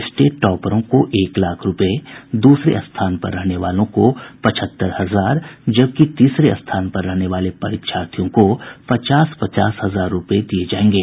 state टॉपरों को एक लाख रूपये दूसरे स्थान पर रहने वाले को पचहत्तर हजार जबकि तीसरे स्थान पर रहने वाले परीक्षार्थियों को पचास पचास हजार रूपये दिये जायेंगे